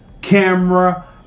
camera